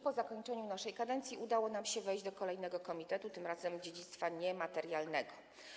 Po zakończeniu naszej kadencji udało nam się wejść do kolejnego komitetu, tym razem dziedzictwa niematerialnego.